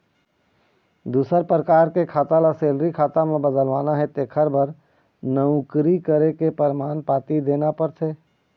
दूसर परकार के खाता ल सेलरी खाता म बदलवाना हे तेखर बर नउकरी करे के परमान पाती देना परथे